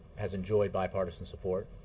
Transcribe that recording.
has enjoyed bipartisan support.